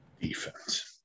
Defense